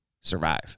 survive